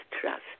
trust